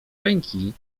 ręki